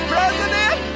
President